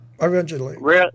originally